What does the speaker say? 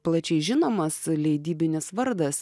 plačiai žinomas leidybinis vardas